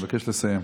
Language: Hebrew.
אני מבקש לסיים.